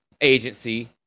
agency